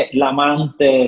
l'amante